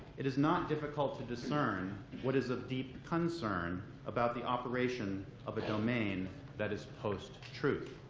it is not difficult to discern what is of deep concern about the operation of a domain that is post-truth.